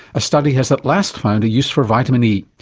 a study has at last found a use for vitamin e.